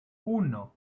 uno